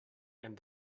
and